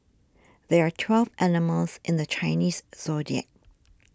there are twelve animals in the Chinese zodiac